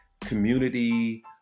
community